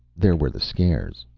there were the scares.